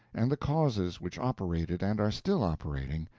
and the causes which operated, and are still operating,